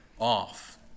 off